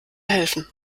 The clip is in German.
helfen